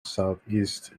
southeast